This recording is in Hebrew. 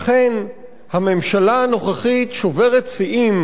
אכן, הממשלה הנוכחית שוברת שיאים